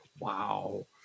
Wow